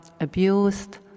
abused